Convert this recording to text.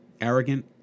Arrogant